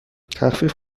تخفیف